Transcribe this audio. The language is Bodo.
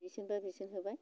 बिसजोनबा बिसजोन होबाय